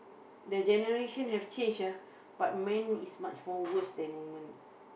the generation have changed lah but mine is much more worse than woman